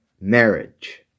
marriage